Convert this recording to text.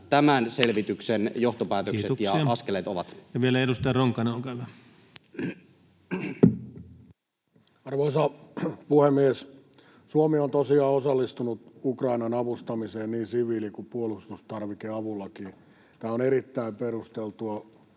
tämän selvityksen johtopäätökset ja askeleet ovat? Kiitoksia. — Vielä edustaja Ronkainen, olkaa hyvä. Arvoisa puhemies! Suomi on tosiaan osallistunut Ukrainan avustamiseen niin siviili- kuin puolustustarvikeavullakin. Tämä on erittäin perusteltua.